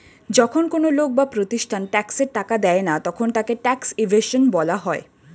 যখন কোন লোক বা প্রতিষ্ঠান ট্যাক্সের টাকা দেয় না তখন তাকে ট্যাক্স ইভেশন বলা হয়